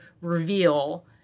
reveal